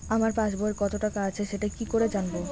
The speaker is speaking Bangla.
আমার পাসবইয়ে কত টাকা আছে সেটা কি করে জানবো?